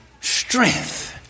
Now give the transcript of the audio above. strength